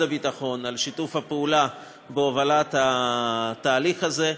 הביטחון על שיתוף הפעולה בהובלת התהליך הזה.